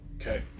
Okay